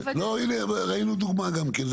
לא, הנה, ראינו דוגמא, גם כן.